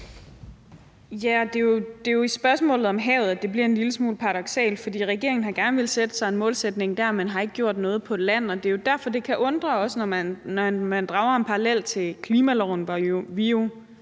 Ja, det er jo i spørgsmålet om havet, at det bliver en lille smule paradoksalt, for regeringen har gerne villet sætte sig en målsætning der, men har ikke gjort noget med hensyn til landområdet. Det er jo derfor, det kan undre os, når man drager en parallel til klimaloven, hvor vi jo